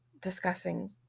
Discussing